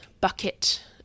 bucket